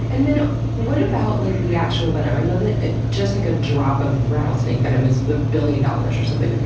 and then what about like the actual venom? i know that just like a drop of rattlesnake venom is a but billion dollars or something,